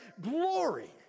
glory